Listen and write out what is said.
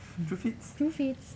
TruFitz